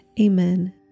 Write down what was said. Amen